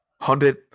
hundred